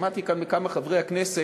שמעתי כאן מכמה מחברי הכנסת